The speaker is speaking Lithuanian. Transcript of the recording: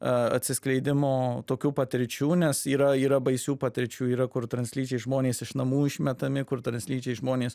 a atsiskleidimo tokių patirčių nes yra yra baisių patirčių yra kur translyčiai žmonės iš namų išmetami kur translyčiai žmonės